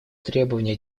требования